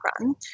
run